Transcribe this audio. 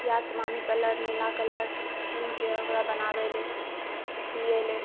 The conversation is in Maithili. या असमानी कलर नीला कलर कीनिकऽ ओकरा बनाबैलए सिए लए